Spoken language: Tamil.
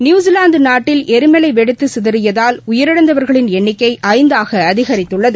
நியுசிலாந்து நாட்டில் ளரிமலை வெடித்து சிதறியதால் உயிரிழந்தவர்களின் எண்ணிக்கை ஐந்தாக அதிகரித்துள்ளது